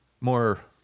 more